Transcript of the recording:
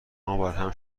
وبرهم